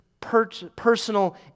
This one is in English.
personal